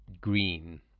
Green